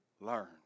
learn